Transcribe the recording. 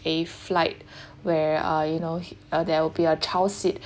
a flight where are you know there will be a child seat